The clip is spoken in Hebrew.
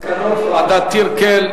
בנושא: מסקנות ועדת-טירקל,